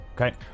okay